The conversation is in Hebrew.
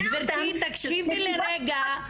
גברתי, תקשיבי לי רגע.